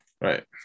Right